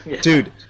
Dude